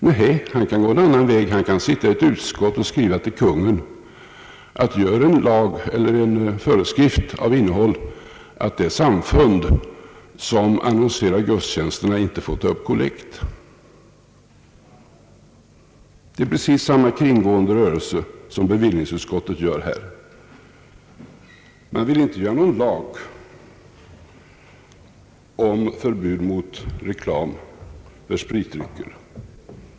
Nej, han kan gå en annan väg; han kan sitta i ett utskott och skriva till Kungl. Maj:t med uppmaning att göra en lag eller en föreskrift av innehåll, att det samfund som annonserar gudstjänsterna inte får ta upp kollekt. Det är precis samma kringgående rörelse som bevillningsutskottet här gör. Man vill inte stifta en lag om förbud mot reklam för spritdrycker.